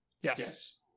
Yes